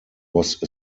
was